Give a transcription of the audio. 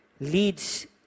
leads